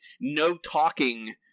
no-talking